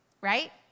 Right